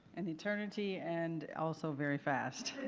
an eternity and also very fast.